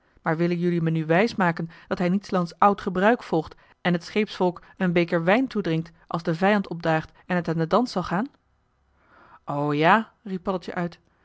maar willen jelui me nu wijs maken dat hij niet s lands oud gebruik volgt en het scheepsvolk een beker wijn toedrinkt als de vijand opdaagt en t aan den dans zal gaan oooo ja riep paddeltje uit